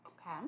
Okay